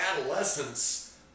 adolescence